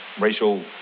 racial